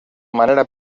manera